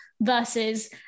versus